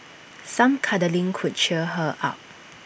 some cuddling could cheer her up